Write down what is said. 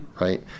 right